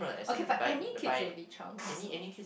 okay but any kids will be troublesome